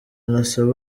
nasaba